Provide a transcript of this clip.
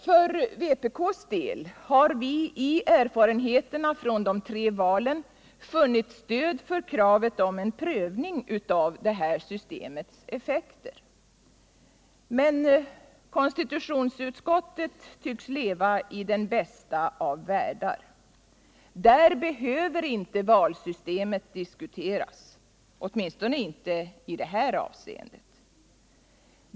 För vpk:s del har vi i erfarenheterna från de tre valen funnit stöd för kravet på en prövning av systemets effekter. Men konstitutionsutskottet tycks leva i den bästa av världar — där behöver inte valsystemet diskuteras, åtminstone inte i det här avseendet.